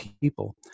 people